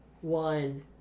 one